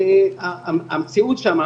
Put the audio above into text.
המציאות שם,